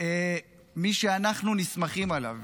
מה שאנחנו נסמכים עליו.